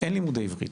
אין להם לימודי עברית.